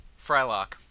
Frylock